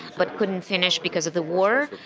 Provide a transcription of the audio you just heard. but couldn't finish because of the war.